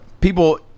people